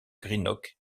greenock